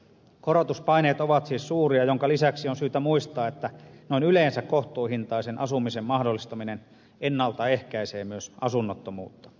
korotuspaineet ovat siis suuria minkä lisäksi on syytä muistaa että noin yleensä kohtuuhintaisen asumisen mahdollistaminen ennalta ehkäisee myös asunnottomuutta